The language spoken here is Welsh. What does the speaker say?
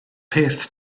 peth